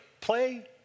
play